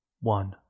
one